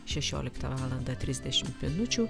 šešioliktą valandą trisdešimt minučių